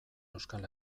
euskal